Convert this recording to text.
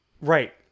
Right